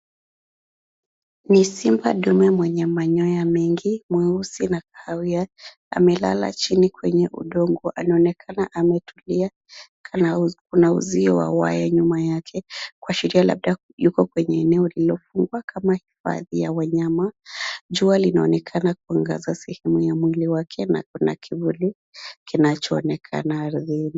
Ni simba dume mwenye manyoya mengi mweusi na kahawia amelala chini kwenye udongo, anaonekana ametulia na kuna uzio wa waya nyuma yake kuashiria labda yuko kwenye eneo lililofungwa kama hifadhi ya wanyama.